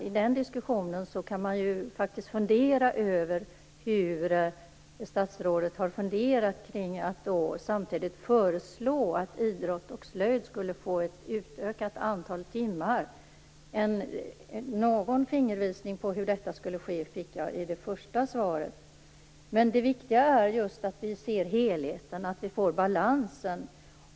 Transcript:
I den diskussionen kan man ju faktiskt fundera över hur statsrådet har funderat kring att samtidigt föreslå att idrott och slöjd skulle få ett utökat antal timmar. Någon fingervisning om hur detta skulle ske fick jag i det första svaret. Men det viktiga är ju just att vi ser helheten och att vi får balansen.